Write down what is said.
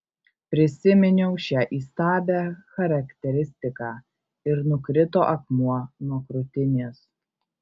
prisiminiau šią įstabią charakteristiką ir nukrito akmuo nuo krūtinės